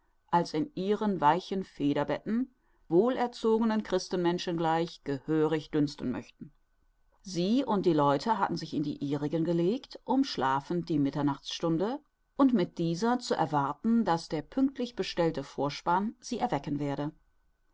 als in ihren weichen federbetten wohlerzogenen christenmenschen gleich gehörig dünsten möchten sie und die leute hatten sich in die ihrigen gelegt um schlafend die mitternachtsstunde und mit dieser zu erwarten daß der pünctlich bestellte vorspann sie erwecken werde